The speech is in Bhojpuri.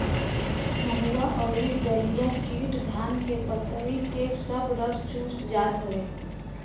महुआ अउरी दहिया कीट धान के पतइ के सब रस चूस जात हवे